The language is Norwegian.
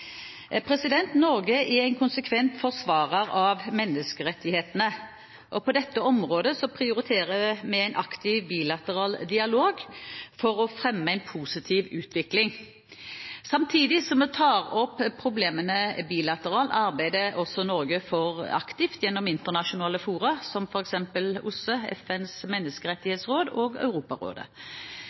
Norge er en konsekvent forsvarer av menneskerettighetene. På dette området prioriterer vi en aktiv bilateral dialog for å fremme en positiv utvikling. Samtidig som vi tar opp problemene bilateralt, arbeider Norge også aktivt gjennom internasjonale fora som f.eks. OSSE, FNs menneskerettighetsråd og Europarådet.